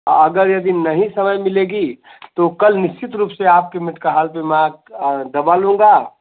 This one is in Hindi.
आ अगर यदि नही समय मिलेगी तो कल निश्चित रूप से आपके मेडका हॉल पर में आके दवा लूँगा